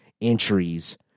entries